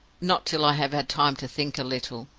not till i have had time to think a little.